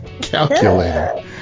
Calculator